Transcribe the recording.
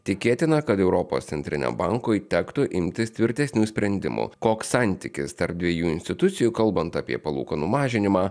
tikėtina kad europos centriniam bankui tektų imtis tvirtesnių sprendimų koks santykis tarp dviejų institucijų kalbant apie palūkanų mažinimą